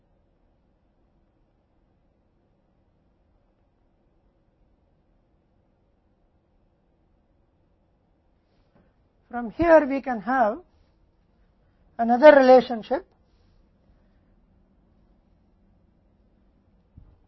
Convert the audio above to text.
इसलिए P IM by Q Xमें P minus D